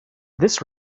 this